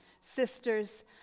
sisters